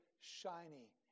shiny